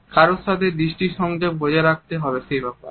কার সাথে দৃষ্টি সংযোগ বজায় রাখতে হবে সে ব্যাপারে